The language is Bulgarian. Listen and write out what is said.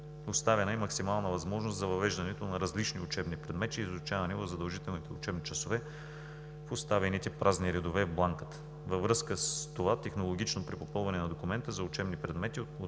оставена максимална възможност за въвеждането на различни учебни предмети, изучавани в задължителните учебни часове, в оставените празни редове в бланката. Във връзка с това технологично при попълване на документа за учебни предмети,